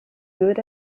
good